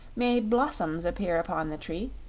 made blossoms appear upon the tree,